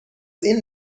این